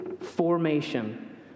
formation